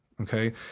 okay